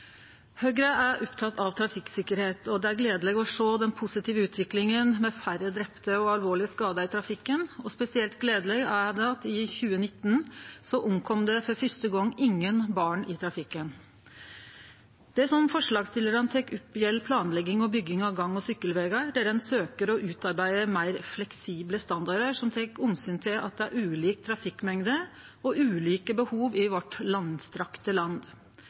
Høgre er oppteke av trafikksikkerheit, og det er gledeleg å sjå den positive utviklinga med færre drepne og alvorleg skadde i trafikken. Spesielt gledeleg er det at i 2019 omkom det for fyrste gong ingen barn i trafikken. Det som forslagsstillarane tek opp, gjeld planlegging og bygging av gang- og sykkelvegar der ein søkjer å utarbeide meir fleksible standardar som tek omsyn til at det er ulik trafikkmengde og ulike behov i vårt langstrekte land.